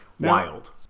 Wild